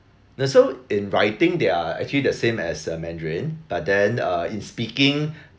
so in writing they are actually the same as uh mandarin but then uh in speaking